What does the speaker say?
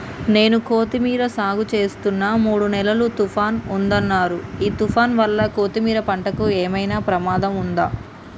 నేను కొత్తిమీర సాగుచేస్తున్న మూడు రోజులు తుఫాన్ ఉందన్నరు ఈ తుఫాన్ వల్ల కొత్తిమీర పంటకు ఏమైనా ప్రమాదం ఉందా?